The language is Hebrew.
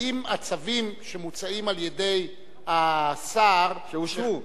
האם הצווים שמוצעים על-ידי השר, שאושרו.